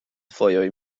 fojoj